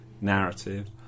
narrative